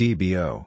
Dbo